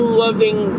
loving